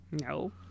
no